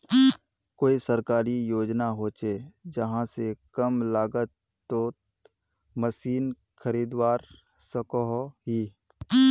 कोई सरकारी योजना होचे जहा से कम लागत तोत मशीन खरीदवार सकोहो ही?